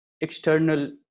external